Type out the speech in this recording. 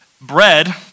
Bread